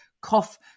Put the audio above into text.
cough